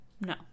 No